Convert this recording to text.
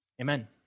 Amen